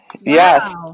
yes